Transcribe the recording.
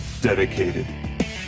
Dedicated